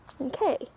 Okay